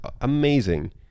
amazing